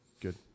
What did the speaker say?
Good